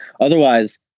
Otherwise